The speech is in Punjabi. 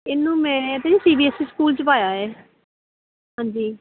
ਇਹਨੂੰ ਮੈਂ ਤਾਂ C B S E school 'ਚ ਪਾਇਆ ਏ ਹਾਂਜੀ